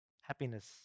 Happiness